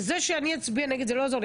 הדיון לא הסתיים עד הוצאת נוסח.